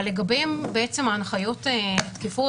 אבל לגביהם ההנחיות תקפות.